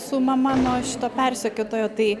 su mama nuo šito persekiotojo tai